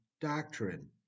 doctrine